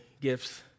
gifts